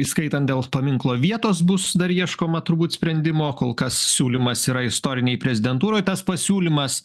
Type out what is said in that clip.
įskaitant dėl paminklo vietos bus dar ieškoma turbūt sprendimo kol kas siūlymas yra istorinėj prezidentūroj tas pasiūlymas